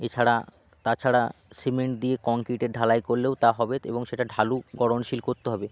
এছাড়া তাছাড়া সিমেন্ট দিয়ে কংক্রিটের ঢালাই করলেও তা হবে এবং সেটা ঢালু করণশীল করতে হবে